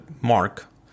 mark